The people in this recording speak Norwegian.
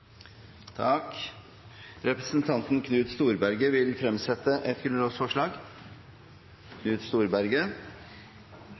Representanten Knut Storberget vil fremsette et grunnlovsforslag.